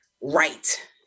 right